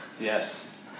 Yes